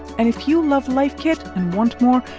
and if you love life kit and want more,